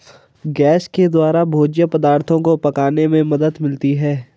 gas के द्वारा भोज्य पदार्थो को पकाने में मदद मिलती है